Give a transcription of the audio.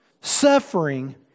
suffering